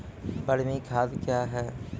बरमी खाद कया हैं?